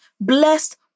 blessed